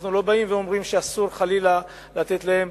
אנחנו לא אומרים שאסור חלילה לתת להם,